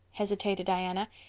hesitated diana.